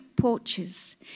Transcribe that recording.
porches